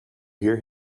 hear